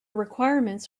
requirements